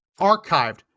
archived